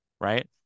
right